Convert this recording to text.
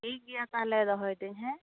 ᱴᱷᱤᱠ ᱜᱮᱭᱟ ᱛᱟᱦᱚᱞᱮ ᱫᱚᱦᱚᱭᱮᱫᱟᱹᱧ ᱦᱮᱸ